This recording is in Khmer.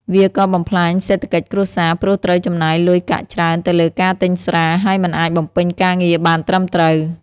វាក៏បំផ្លាញសេដ្ឋកិច្ចគ្រួសារ ព្រោះត្រូវចំណាយលុយកាក់ច្រើនទៅលើការទិញស្រា ហើយមិនអាចបំពេញការងារបានត្រឹមត្រូវ។